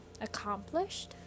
accomplished